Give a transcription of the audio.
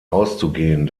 auszugehen